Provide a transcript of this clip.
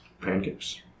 pancakes